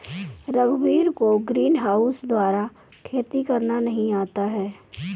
रघुवीर को ग्रीनहाउस द्वारा खेती करना नहीं आता है